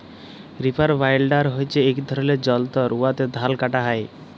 reaper binder হছে ইক ধরলের যল্তর উয়াতে ধাল কাটা হ্যয়